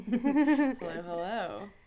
Hello